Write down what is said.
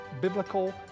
Biblical